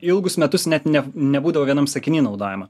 ilgus metus net ne nebūdavo vienam sakiny naudojama